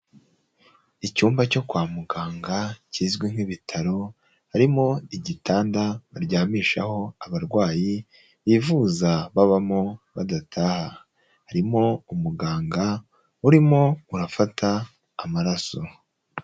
Icyumba cyo kwa muganga kizwi nk'ibitaro harimo igitanda baryamishaho abarwayi bivuza babamo badataha, harimo umuganga urimo urafata amaraso.